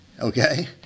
Okay